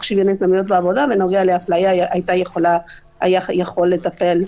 שוויון הזדמנויות בעבודה בנוגע לאפליה היה יכול לטפל,